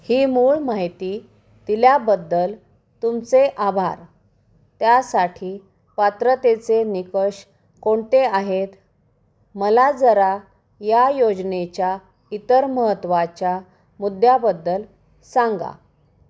ही मूळ माहिती दिल्याबद्दल तुमचे आभार त्यासाठी पात्रतेचे निकष कोणते आहेत मला जरा या योजनेच्या इतर महत्त्वाच्या मुद्द्याबद्दल सांगा